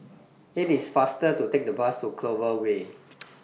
IT IS faster to Take The Bus to Clover Way